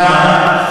למה,